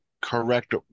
correct